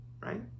right